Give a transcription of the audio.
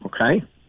Okay